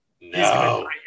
no